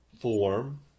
form